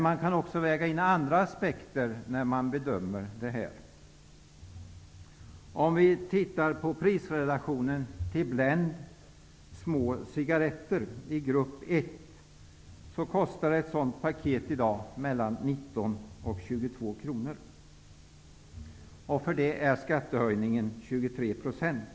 Man kan också väga in andra apekter när man bedömer det här. Om vi tittar på prisrelationen i fråga om Blend, små cigaretter i grupp I, ser vi att ett paket i dag kostar mellan 19 och 22 kr. Där är prishöjningen 23 %.